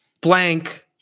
blank